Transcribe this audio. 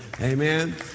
Amen